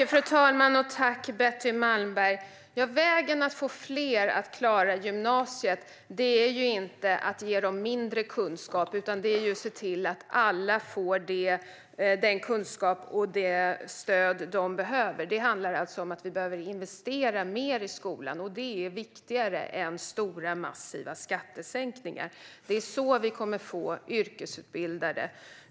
Fru talman! Vägen att få fler att klara gymnasiet är inte att ge dem mindre kunskap, utan det är att se till att alla får den kunskap och det stöd de behöver. Det handlar alltså om att vi behöver investera mer i skolan. Det är viktigare än stora, massiva skattesänkningar. Det är på det sättet vi kommer att få yrkesutbildade.